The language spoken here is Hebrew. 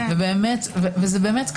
זה באמת ככה.